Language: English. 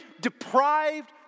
deprived